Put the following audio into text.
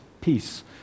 peace